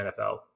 NFL